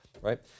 right